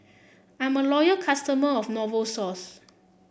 I'm a loyal customer of Novosource